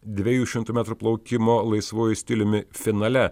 dviejų šimtų metrų plaukimo laisvuoju stiliumi finale